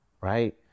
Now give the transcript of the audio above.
right